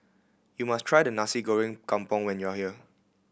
you must try the Nasi Goreng Kampung when you are here